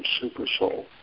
super-soul